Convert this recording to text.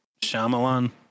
Shyamalan